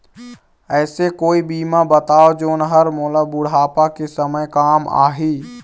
ऐसे कोई बीमा बताव जोन हर मोला बुढ़ापा के समय काम आही?